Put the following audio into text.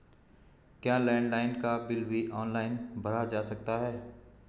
क्या लैंडलाइन का बिल भी ऑनलाइन भरा जा सकता है?